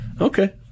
Okay